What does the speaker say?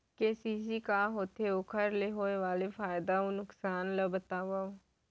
KCC का होथे, ओखर ले होय वाले फायदा अऊ नुकसान ला बतावव?